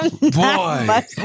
Boy